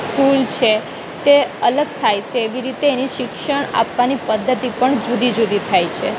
school છે તે અલગ થાય છે એવી રીતે એની શિક્ષણ આપવાની પધ્ધતિ પણ જુદી જુદી થાય છે